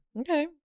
Okay